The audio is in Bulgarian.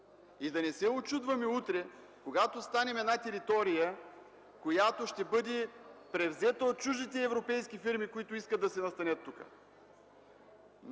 и да не се учудваме утре, когато станем територия, която ще бъде превзета от чуждите европейски фирми, които искат да се настанят тук.